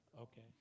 Okay